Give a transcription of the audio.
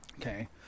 okay